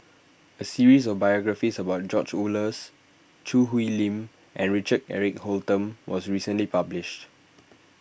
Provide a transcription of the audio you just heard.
a series of biographies about George Oehlers Choo Hwee Lim and Richard Eric Holttum was recently published